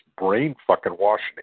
brain-fucking-washing